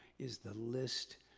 is the list,